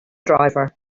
driver